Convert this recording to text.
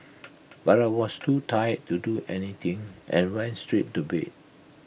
but I was too tired to do anything and went straight to bed